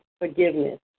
forgiveness